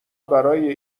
برای